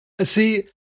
see